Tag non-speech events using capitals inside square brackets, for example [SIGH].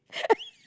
[LAUGHS]